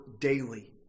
daily